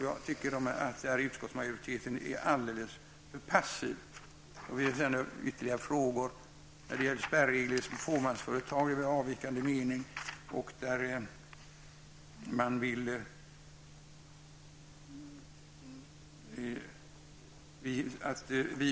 Jag tycker att utskottsmajoriteten är alldeles för passiv. Beträffande spärregler i fåmansföretag har vi avvikande mening på några punkter.